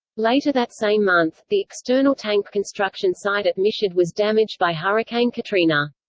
later that same month, the external tank construction site at michoud was damaged by hurricane katrina.